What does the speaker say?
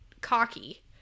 cocky